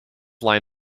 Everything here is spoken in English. lined